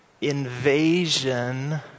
invasion